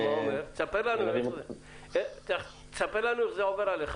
תספר לנו איך זה עובר עליך,